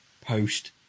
post